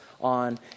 on